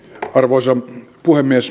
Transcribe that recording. arvoisa puhemies